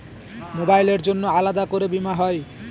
মোবাইলের জন্য আলাদা করে বীমা হয়?